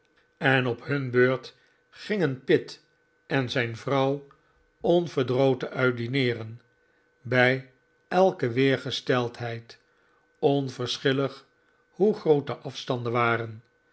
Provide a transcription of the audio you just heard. en op hun beurt gingen pitt en zijn vrouw onverdroten uit dineeren bij elke weersgesteldheid onverschillig hoe groot de afstanden waren